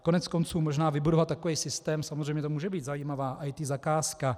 Koneckonců možná vybudovat takový systém samozřejmě to může být zajímavá IT zakázka.